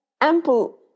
ample